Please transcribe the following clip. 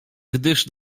gdyż